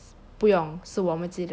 不用是我们自己的份